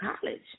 college